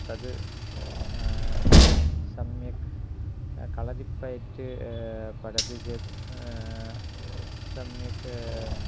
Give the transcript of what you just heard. तद् सम्यक् कळरिप्पयट् पठदति चेत् सम्यक्